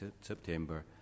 September